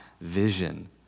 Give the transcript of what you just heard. vision